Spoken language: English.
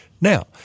Now